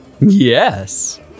Yes